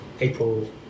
April